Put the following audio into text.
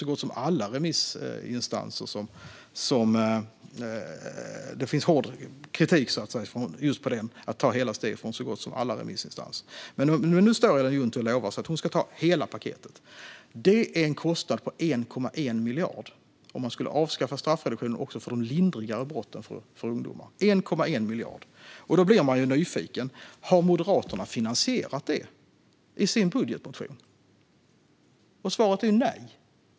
Så gott som alla remissinstanserna framför hård kritik mot att ta hela det steget. Ellen Juntti lovar att hon ska ta hela paketet. Det innebär en kostnad på 1,1 miljard att avskaffa straffreduktionen för ungdomar också för de lindrigare brotten. Då blir jag nyfiken. Har Moderaterna finansierat det i sin budgetmotion? Svaret är nej.